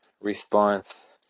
response